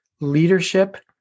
leadership